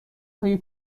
های